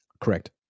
Correct